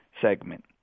segment